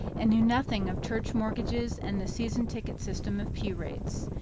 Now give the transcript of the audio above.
and knew nothing of church mortgages and the season-ticket system of pew rents.